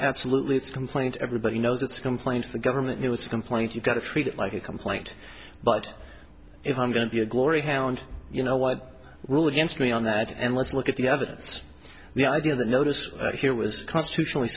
absolutely it's a complaint everybody knows it's complain to the government it was a complaint you got to treat it like a complaint but if i'm going to be a glory hound you know what rule against me on that and let's look at the evidence the idea the notice here was constitutionally